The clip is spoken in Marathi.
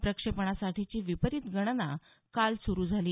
प्रक्षेपणासाठीची विपरित गणना काल सुरु झाली